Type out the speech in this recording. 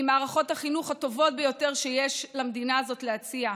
ממערכות החינוך הטובות ביותר שיש למדינה הזאת להציע.